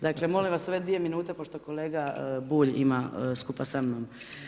Dakle molim vas ove dvije minute pošto kolega Bulj skupa sa mnom.